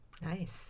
Nice